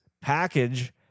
package